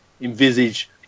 envisage